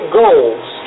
goals